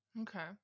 Okay